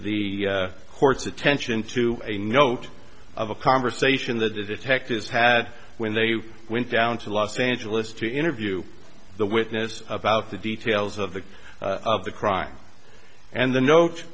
the court's attention to a note of a conversation the detectives had when they went down to los angeles to interview the witness about the details of the of the crime and the note